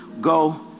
Go